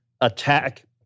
attack